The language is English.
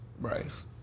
Bryce